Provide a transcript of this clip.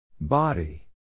Body